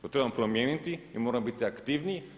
To trebamo promijeniti i moramo biti aktivniji.